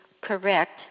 correct